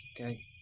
Okay